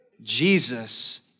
Jesus